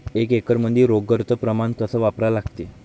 एक एकरमंदी रोगर च प्रमान कस वापरा लागते?